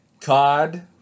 COD